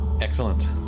Excellent